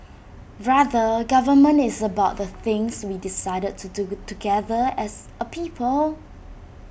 rather government is about the things we decided to do together as A people